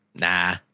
Nah